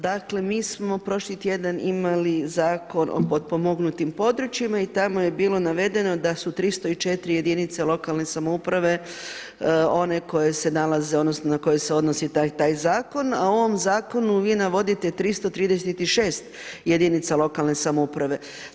Dakle, mi smo prošli tjedan imali zakon o potpomognutim područjima i tamo je bilo navedeno da su 304 jedinice lokalne samouprave one koje se nalaze, odnosno na koje se odnosi taj i taj zakon, a u ovom zakonu vi navodite 336 jedinica lokalne samouprave.